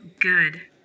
good